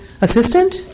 assistant